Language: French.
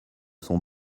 son